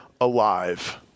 alive